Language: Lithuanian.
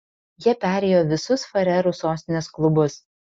jie perėjo visus farerų sostinės klubus